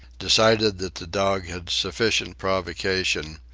decided that the dog had sufficient provocation,